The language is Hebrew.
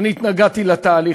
אני התנגדתי לתהליך.